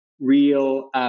real